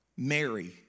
Mary